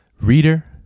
reader